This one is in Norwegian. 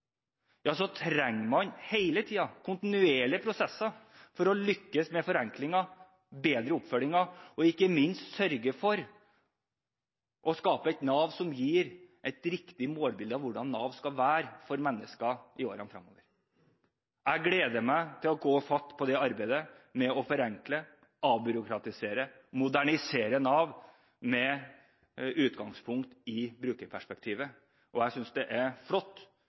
ja, så trenger man hele tiden kontinuerlige prosesser for å lykkes med forenklingen, å bedre oppfølgingen og ikke minst sørge for å skape et Nav som gir et riktig målbilde av hvordan Nav skal være for mennesker i årene fremover. Jeg gleder meg til å ta fatt på det arbeidet med å forenkle, avbyråkratisere og modernisere Nav med utgangspunkt i brukerperspektivet. Jeg synes signalene som gis fra det største opposisjonspartiet, er